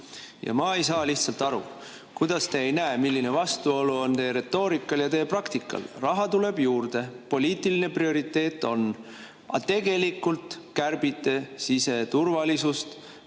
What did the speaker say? Ma ei saa lihtsalt aru, kuidas te ei näe, milline vastuolu on teie retoorikal ja teie praktikal. Raha tuleb juurde, poliitiline prioriteet on, aga tegelikult kärbite siseturvalisust,